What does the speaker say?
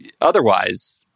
otherwise